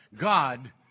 God